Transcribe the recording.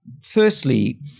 firstly